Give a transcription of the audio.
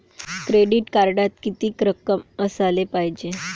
Credit कार्डात कितीक रक्कम असाले पायजे?